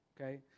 Okay